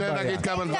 לדבר.